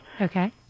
Okay